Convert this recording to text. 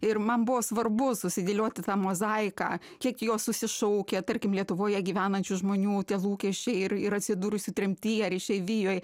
ir man buvo svarbu susidėlioti tą mozaiką kiek jos susišaukia tarkim lietuvoje gyvenančių žmonių tie lūkesčiai ir ir atsidūrusi tremtyje ar išeivijoj